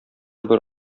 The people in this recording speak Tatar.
бер